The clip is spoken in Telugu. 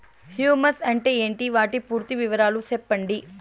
హ్యూమస్ అంటే ఏంటి? వాటి పూర్తి వివరాలు సెప్పండి?